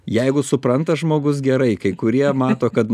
jeigu supranta žmogus gerai kai kurie mato kad